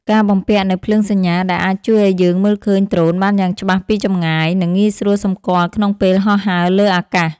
ការបំពាក់នូវភ្លើងសញ្ញាដែលអាចជួយឱ្យយើងមើលឃើញដ្រូនបានយ៉ាងច្បាស់ពីចម្ងាយ និង ងាយស្រួលសម្គាល់ក្នុងពេលហោះហើរលើអាកាស។